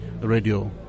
radio